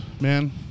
man